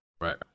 right